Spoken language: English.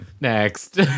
Next